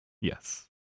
Yes